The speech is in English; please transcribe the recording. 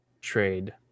trade